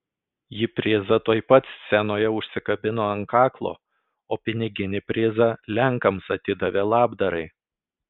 ji prizą tuoj pat scenoje užsikabino ant kaklo o piniginį prizą lenkams atidavė labdarai